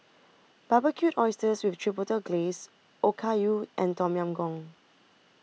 Barbecued Oysters with Chipotle Glaze Okayu and Tom Yam Goong